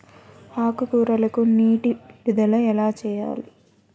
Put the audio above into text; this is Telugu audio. ఆకుకూరలకు నీటి విడుదల ఎలా చేయాలి?